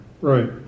Right